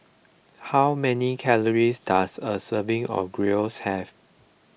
how many calories does a serving of Gyros have